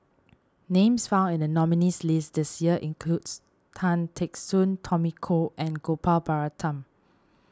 names found in the nominees' list this year includes Tan Teck Soon Tommy Koh and Gopal Baratham